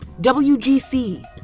WGC